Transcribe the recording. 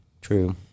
True